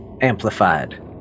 amplified